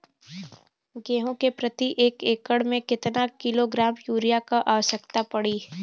गेहूँ के प्रति एक एकड़ में कितना किलोग्राम युरिया क आवश्यकता पड़ी?